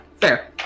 Fair